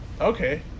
Okay